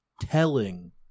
telling